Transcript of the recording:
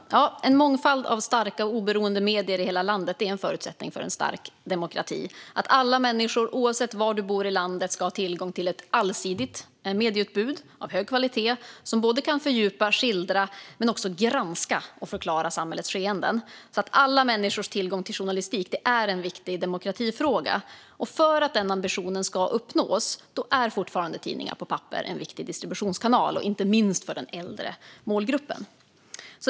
Fru talman! En mångfald av starka och oberoende medier i hela landet är en förutsättning för en stark demokrati. Det handlar om att alla människor oavsett var de bor i landet ska ha tillgång till ett allsidigt medieutbud av hög kvalitet som kan fördjupa och skildra men också granska och förklara samhällets skeenden. Alla människors tillgång till journalistik är en viktig demokratifråga. För att den ambitionen ska uppnås är fortfarande tidningar på papper en viktig distributionskanal inte minst för den äldre målgruppen.